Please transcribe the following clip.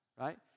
Right